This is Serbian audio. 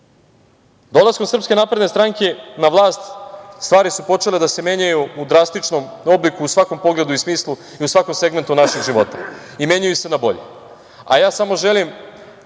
sudstvo. Dolaskom SNS na vlast stvari su počele da se menjaju u drastičnom obliku, u svakom pogledu i smislu i u svakom segmentu našeg života i menjaju se na bolje. Ja, samo želim